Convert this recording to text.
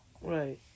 Right